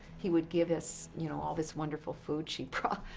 he would give us, you know, all this wonderful food she brought.